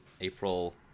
April